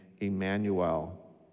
Emmanuel